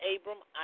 Abram